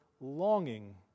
longing